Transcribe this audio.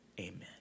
amen